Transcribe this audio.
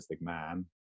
man